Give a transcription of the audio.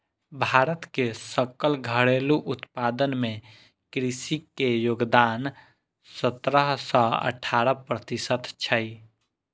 भारत के सकल घरेलू उत्पादन मे कृषि के योगदान सतरह सं अठारह प्रतिशत छै